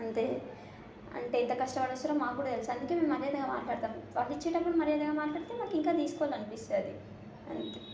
అంటే అంటే ఎంత కష్టపడి వస్తున్నారో మాకు కూడా తెలుసు అందుకే మేము మర్యాదగా మాట్లాడుతాము వాళ్ళ ఇచ్చేటప్పుడు మర్యాదగా మాట్లాడితే మాకు ఇంకా తీసుకోవాలనిపిస్తుంది అంతే